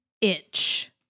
itch